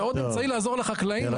זה עוד אמצעי לעזור לחקלאים,